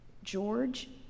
George